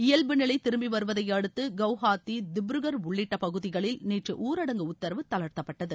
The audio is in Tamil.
இயல்புநிலை திரும்பிவருவதை அடுத்து கவுஹாத்தி திப்ருகர் உள்ளிட்ட பகுதிகளில் நேற்று ஊரடங்கு உத்தரவு தளர்த்தப்பட்டது